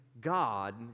God